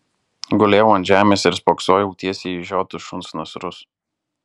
gulėjau ant žemės ir spoksojau tiesiai į išžiotus šuns nasrus